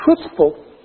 truthful